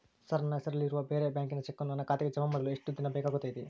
Sir ನನ್ನ ಹೆಸರಲ್ಲಿ ಇರುವ ಬೇರೆ ಬ್ಯಾಂಕಿನ ಚೆಕ್ಕನ್ನು ನನ್ನ ಖಾತೆಗೆ ಜಮಾ ಮಾಡಲು ಎಷ್ಟು ದಿನ ಬೇಕಾಗುತೈತಿ?